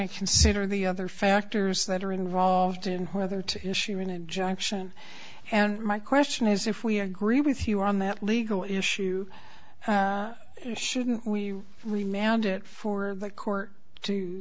to consider the other factors that are involved in whether to issue an injunction and my question is if we agree with you on that legal issue shouldn't we really mandate for the court to